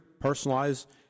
personalized